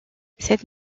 cette